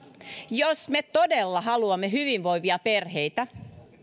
jos me todella haluamme hyvinvoivia perheitä